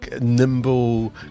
nimble